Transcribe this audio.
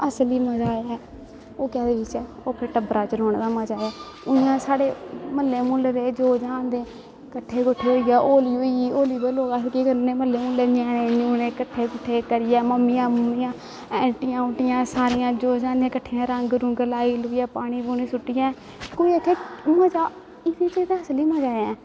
असली मजा ऐ ओह् कैह्दे बिच्च ऐ ओह् अपने टब्बरा च रौह्ने दा मजा ऐ उ'आं साढ़े म्हल्ले म्हूल्ले दे जो ज्हान दे कट्ठे कुट्ठे होइयै होली होई गेई होली पर अस लोक केह् करने होन्ने म्हल्ले मुहल्ले दे ञयाने कट्ठे कुट्ठे करियै मम्मियां मुमियां ऐंटियां उंटियां सारियां जो ज्हान दियां कट्ठियां कुट्ठियां होइयै रंग रूंग लाई लुइयै पानी पुनी सुट्ठियै कोई आक्खै मजा एह्दे च ते असली मजा ऐ